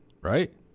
right